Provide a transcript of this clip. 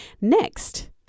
next